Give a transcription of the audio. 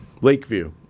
Lakeview